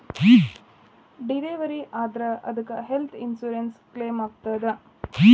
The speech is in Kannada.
ಡಿಲೆವರಿ ಆದ್ರ ಅದಕ್ಕ ಹೆಲ್ತ್ ಇನ್ಸುರೆನ್ಸ್ ಕ್ಲೇಮಾಗ್ತದ?